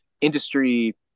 industry